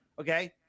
okay